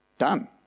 done